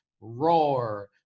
Roar